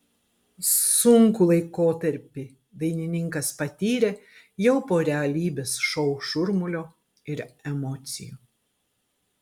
sunkų laikotarpį dainininkas patyrė jau po realybės šou šurmulio ir emocijų